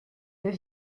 deux